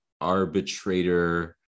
arbitrator